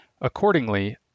Accordingly